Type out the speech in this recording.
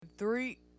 Three